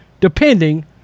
depending